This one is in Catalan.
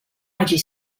hagi